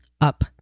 up